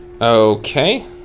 Okay